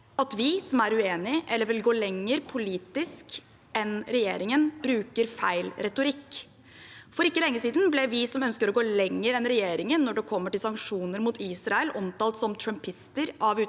at vi som er uenig i eller vil gå lenger politisk enn regjeringen, bruker feil retorikk. For ikke lenge siden ble vi som ønsker å gå lenger enn regjeringen når det gjelder sanksjoner mot Israel, omtalt som trumpister av utenriksministeren.